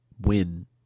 win